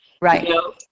right